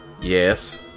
Yes